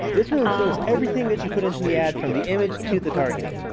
this will influence everything that you put into the ad from the image to the targeting.